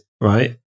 right